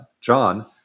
john